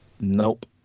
Nope